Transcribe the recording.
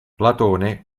platone